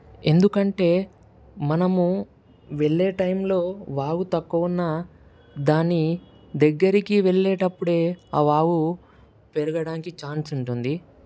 ఎందుకంటే మనము వెళ్ళే టైంలో వాగు తక్కువ ఉన్న దాని దగ్గరికి వెళ్ళేటప్పుడే ఆ వాగు పెరగడానికి ఛాన్స్ ఉంటుంది